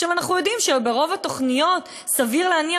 אנחנו יודעים שברוב התוכניות סביר להניח